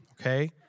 okay